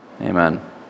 Amen